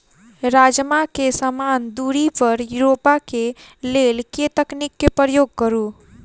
राजमा केँ समान दूरी पर रोपा केँ लेल केँ तकनीक केँ प्रयोग करू?